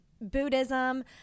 Buddhism